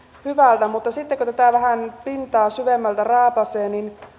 hyvältä mutta sitten kun tätä vähän pintaa syvemmältä raapaisee